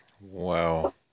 Wow